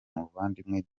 muvandimwe